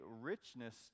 richness